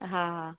हा